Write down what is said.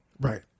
Right